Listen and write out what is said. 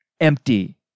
empty